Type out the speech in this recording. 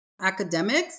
academics